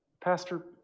Pastor